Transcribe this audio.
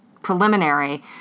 preliminary